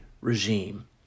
regime